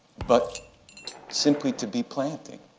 but simply to be planting.